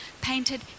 painted